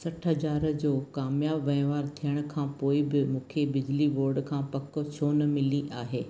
सठि हज़ार जो क़ामियाबु वहिंवारु थियण खां पोएं बि मूंखे बिजली बोर्ड खां पकु छो न मिली आहे